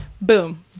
Boom